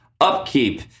Upkeep